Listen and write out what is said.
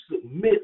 submit